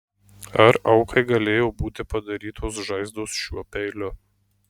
ar aukai galėjo būti padarytos žaizdos šiuo peiliu